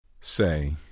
Say